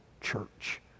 church